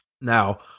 Now